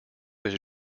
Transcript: was